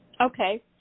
okay